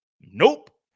Nope